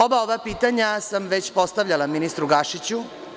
Oba ova pitanja sam već postavljala ministru Gašiću.